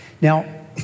Now